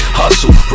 hustle